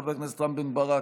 חבר הכנסת רם בן ברק,